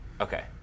Okay